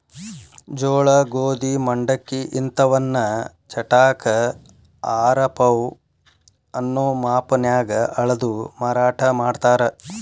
ಜೋಳ, ಗೋಧಿ, ಮಂಡಕ್ಕಿ ಇಂತವನ್ನ ಚಟಾಕ, ಆರಪೌ ಅನ್ನೋ ಮಾಪನ್ಯಾಗ ಅಳದು ಮಾರಾಟ ಮಾಡ್ತಾರ